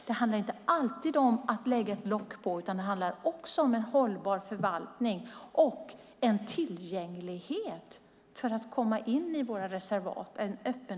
Det handlar inte alltid om att lägga ett lock på utan det handlar också om en hållbar förvaltning, tillgänglighet och öppenhet så att det går att komma in i reservaten.